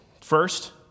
first